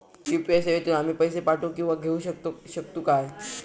UPI सेवेतून आम्ही पैसे पाठव किंवा पैसे घेऊ शकतू काय?